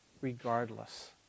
regardless